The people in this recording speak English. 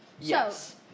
Yes